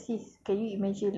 a chance to